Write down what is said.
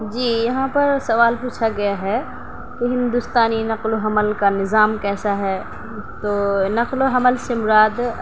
جی یہاں پر سوال پوچھا گیا ہے کہ ہندوستانی نقل و حمل کا نظام کیسا ہے تو نقل و حمل سے مراد